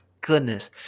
goodness